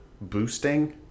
boosting